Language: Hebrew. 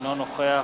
אינו נוכח